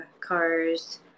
cars